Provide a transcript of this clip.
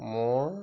মোৰ